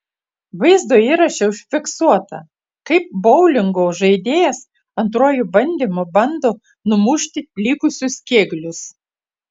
vaizdo įraše užfiksuota kaip boulingo žaidėjas antruoju bandymu bando numušti likusius kėglius